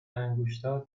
انگشتات